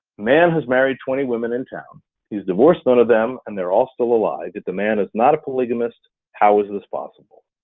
man has married twenty women in town, he has divorced both but of them and they're all still alive yet the man is not a polygamist, how is this possible?